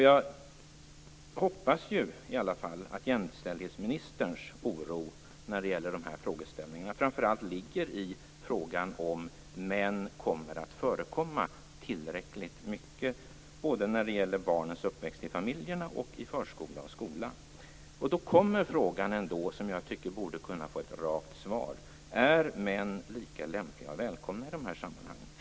Jag hoppas i alla fall att jämställdhetsministerns oro när det gäller de här frågeställningarna framför allt ligger i frågan om män kommer att förekomma tillräckligt mycket när det gäller barnens uppväxt både i familjerna och i förskola och skola. Då kommer frågan, som jag tycker borde kunna få ett rakt svar: Är män lika lämpliga och välkomna i de här sammanhangen?